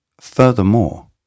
furthermore